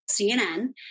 CNN